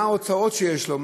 מה ההוצאות שיש לו,